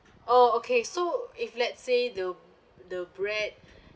oh okay so if let's say the the bread